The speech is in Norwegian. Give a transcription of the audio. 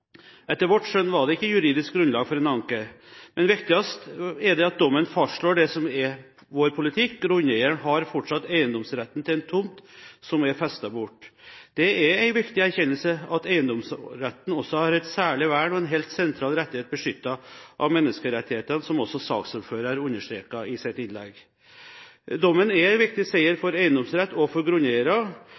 Etter vårt skjønn var det ikke juridisk grunnlag for en anke. Men viktigst er det at dommen fastslår det som er vår politikk – grunneieren har fortsatt eiendomsretten til en tomt som er festet bort. Det er en viktig erkjennelse at eiendomsretten også har et særlig vern, og er en helt sentral rettighet beskyttet av menneskerettighetene, som også saksordføreren understreket i sitt innlegg. Dommen er en viktig seier for eiendomsretten og for